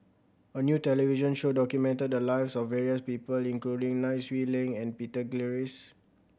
a new television show documented the lives of various people including Nai Swee Leng and Peter Gilchrist